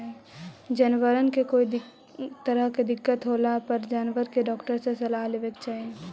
जनबरबन के कोई तरह के दिक्कत होला पर जानबर के डाक्टर के सलाह लेबे के चाहि